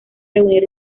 reunir